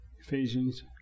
Ephesians